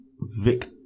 Vic